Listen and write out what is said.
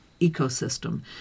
ecosystem